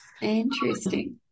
Interesting